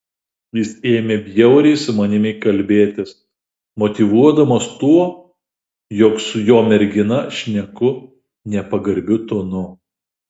jis ėmė bjauriai su manimi kalbėtis motyvuodamas tuo jog su jo mergina šneku nepagarbiu tonu